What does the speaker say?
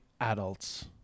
adults